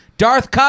Darth